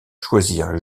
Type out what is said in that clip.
choisir